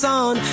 on